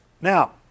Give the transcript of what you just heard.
Now